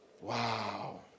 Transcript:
Wow